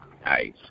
Nice